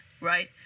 right